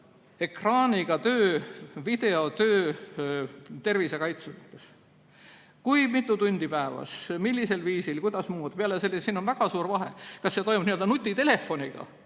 ekraaniga töö, videotöö tervisekaitse jaoks. Kui mitu tundi päevas, millisel viisil, mida muud? Peale selle, on väga suur vahe, kas see toimub nutitelefoniga,